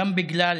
גם בגלל